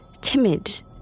timid